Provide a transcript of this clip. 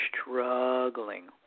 struggling